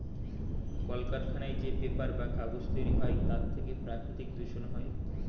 কলকারখানায় যে পেপার বা কাগজ তৈরি হয় তার থেকে প্রাকৃতিক দূষণ হয়